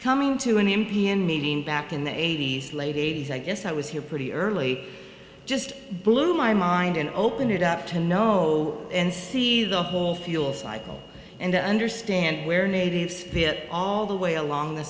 coming to an empty and meeting back in the eighty's late eighty's i guess i was here pretty early just blew my mind and open it up to know and see the whole fuel cycle and understand where natives hit all the way along the